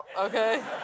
okay